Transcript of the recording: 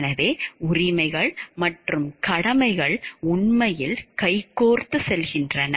எனவே உரிமைகள் மற்றும் கடமைகள் உண்மையில் கைகோர்த்துச் செல்கின்றன